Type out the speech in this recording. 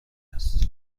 است